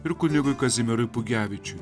ir kunigui kazimierui pugevičiui